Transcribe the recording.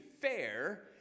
fair